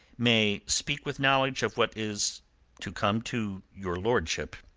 may speak with knowledge of what is to come to your lordship.